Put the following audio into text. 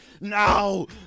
no